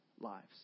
lives